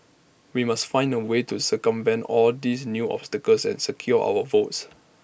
we must find A way to circumvent all these new obstacles and secure our votes